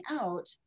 out